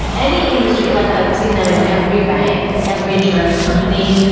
any industry, like i've seen them in every bank, every insurance company,